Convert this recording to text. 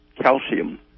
calcium